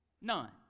None